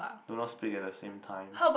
do not speak at the same time